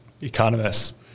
economists